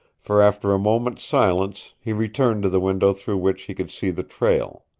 for after a moment's silence he returned to the window through which he could see the trail.